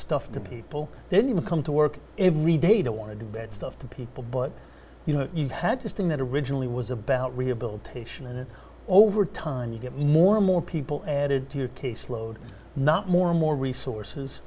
stuff to people then you come to work every day to want to do bad stuff to people but you know you had this thing that originally was about rehabilitation and over time you get more and more people added to your caseload not more and more resources